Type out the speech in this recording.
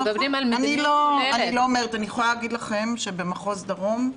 אני יכולה להגיד לכם שבמחוז דרום,